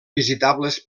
visitables